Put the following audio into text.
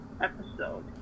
episode